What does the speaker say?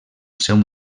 seu